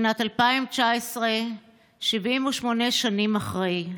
שנת 2019, 78 שנים אחרי,